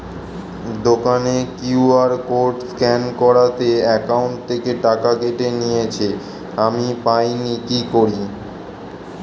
দোকানের QR code scan করাতে account থেকে টাকা কেটে নিয়েছে, আমি পাইনি কি করি?